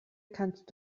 kannst